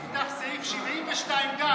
יבגני, רק תפתח את סעיף 72 גם.